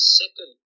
second